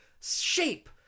shape